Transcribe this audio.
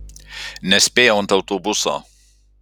nespėjau ant autobuso